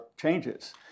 changes